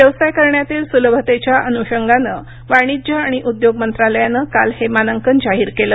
व्यवसाय करण्यातील सुलभतेच्या अनुशंगाने वाणिज्य आणि उद्योग मंत्रालयानं काल हे मानांकन जाहीर केलं